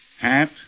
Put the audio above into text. Hat